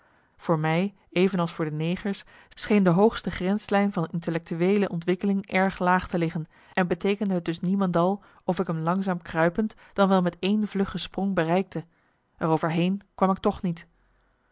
voor mij evenals voor de negers scheen de hooste grenslijn van intellectueele ontwikkeling erg laag te liggen en beteekende het dus niemendal of ik m langzaam kruipend dan marcellus emants een nagelaten bekentenis wel met één vlugge sprong bereikte er over heen kwam ik toch niet